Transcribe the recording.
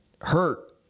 hurt